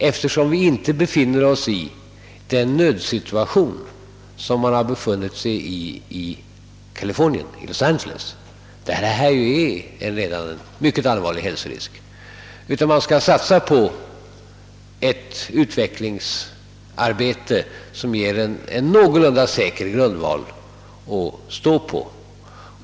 Vi befinner oss nämligen inte i en sådan nödsituation som man har befunnit sig i i Kalifornien, främst i Los Angeles. Där är avgasföroreningarna redan en mycket allvarlig hälsorisk. Vi vill alltså satsa på ett utvecklingsarbete som ger en någorlunda säker grundval att stå på.